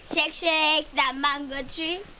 shake, shake, the mango tree.